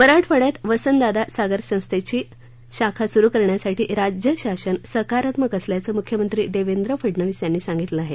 मराठवाड्यात वसंतदादा साखर संस्थेची शाखा सुरू करण्यासाठी राज्य शासन सकारात्मक असल्याचं मुख्यमंत्री देवेंद्र फडनवीस यांनी सांगितलं आहे